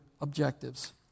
objectives